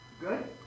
Good